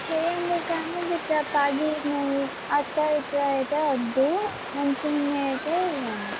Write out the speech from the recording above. చేయండి కానీ ఇప్పుడు పగిలినవి ఆర్టికల్స్ అయితే వద్దు మంచిగున్నవి అయితే ఇవ్వండి